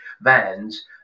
vans